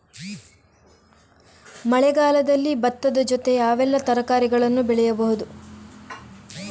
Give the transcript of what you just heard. ಮಳೆಗಾಲದಲ್ಲಿ ಭತ್ತದ ಜೊತೆ ಯಾವೆಲ್ಲಾ ತರಕಾರಿಗಳನ್ನು ಬೆಳೆಯಬಹುದು?